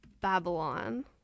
Babylon